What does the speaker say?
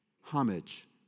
homage